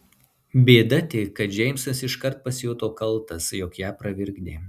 bėda tik kad džeimsas iškart pasijuto kaltas jog ją pravirkdė